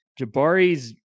Jabari's